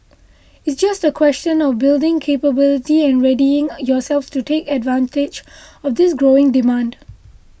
it's just a question of building capability and readying yourselves to take advantage of this growing demand